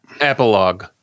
Epilogue